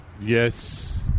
Yes